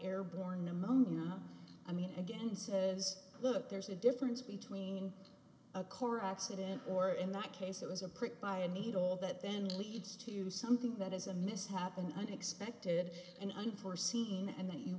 airborne pneumonia i mean again he says look there's a difference between a core accident or in my case it was a prick by a needle that then leads to something that is a misshapen unexpected and unforeseen and that you